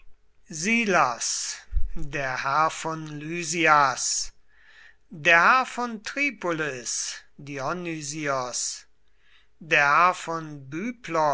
silas der herr von lysias der herr von tripolis dionysios der herr von